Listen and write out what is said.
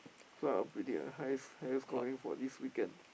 so I will predict a highest scoring higher scoring for this weekend